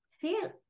feel